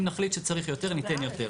אם נחליט שצריך יותר, ניתן יותר.